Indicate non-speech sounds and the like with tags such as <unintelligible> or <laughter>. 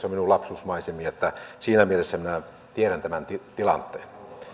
<unintelligible> on minun lapsuusmaisemiani että siinä mielessä minä tiedän tämän tilanteen